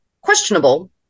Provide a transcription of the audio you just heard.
questionable